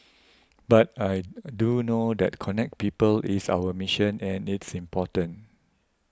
but I do know that connect people is our mission and it's important